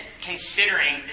considering